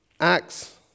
Acts